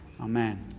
Amen